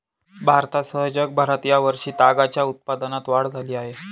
भारतासह जगभरात या वर्षी तागाच्या उत्पादनात वाढ झाली आहे